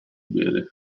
bere